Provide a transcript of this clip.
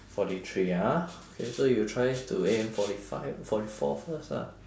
forty three ha okay so you try to aim forty five forty four first lah